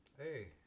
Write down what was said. hey